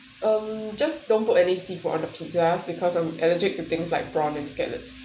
um just don't put any seafood on the pizza because I'm allergic to things like prawn and scallops